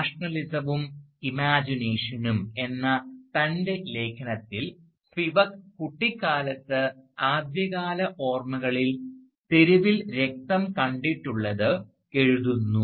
നാഷണലിസവും ഇമാജിനേഷനും "Nationalism and Imagination" എന്ന തൻറെ ലേഖനത്തിൽ സ്പിവക് കുട്ടിക്കാലത്ത് ആദ്യകാല ഓർമ്മകളിൽ തെരുവിൽ രക്തം കണ്ടിട്ടുള്ളത് എഴുതുന്നു